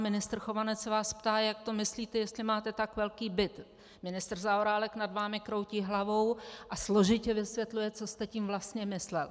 Ministr Chovanec se vás ptá, jak to myslíte, jestli máte tak velký byt, ministr Zaorálek nad vámi kroutí hlavou a složitě vysvětluje, co jste tím vlastně myslel.